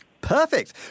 Perfect